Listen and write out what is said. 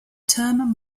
term